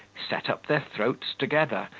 set up their throats together,